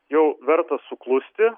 jau verta suklusti